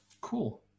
Cool